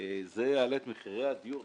זה יעלה את מחירי הדיור.